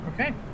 okay